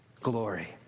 glory